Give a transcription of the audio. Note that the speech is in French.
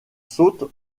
saute